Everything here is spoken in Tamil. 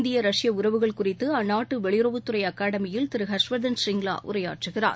இந்திய ரஷ்ய உறவுகள் குறித்துஅந்நாட்டுவெளியுறவுத்துறைஅகாடமியில் திருஹாஷ்வா்தன் ஸ்ரிங்ளாஉரையாற்றுகிறார்